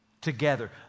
together